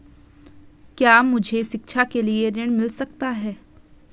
क्या मुझे शिक्षा के लिए ऋण मिल सकता है?